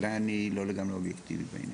אולי אני לא לגמרי אובייקטיבי בעניין.